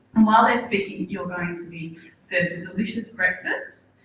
while they're speaking you're going to be served a delicious breakfast.